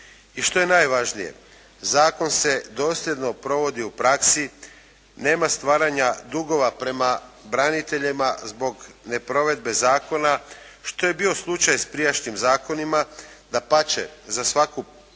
I što je najvažnije Zakon se dosljedno provodi u praksi. Nema stvaranja dugova prema braniteljima zbog neprovedbe zakona što je bio slučaj s prijašnjim zakonima. Dapače za svaku je